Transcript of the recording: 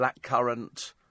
blackcurrant